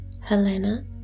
Helena